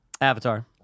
Avatar